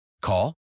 Call